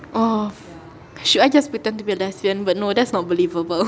oh should I just pretend to be a lesbian but no that's not believable